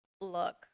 look